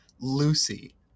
Lucy